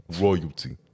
Royalty